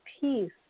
peace